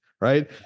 right